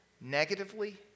negatively